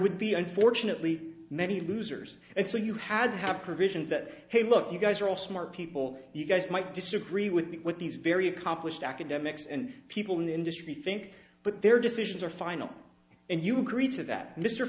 would be unfortunately many losers and so you had to have provisions that hey look you guys are all smart people you guys might disagree with what these very accomplished academics and people in the industry think but their decisions are final and you agree to that mr